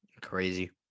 crazy